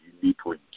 uniquely